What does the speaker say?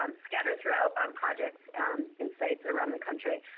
um scattered throughout um projects in sites around the country.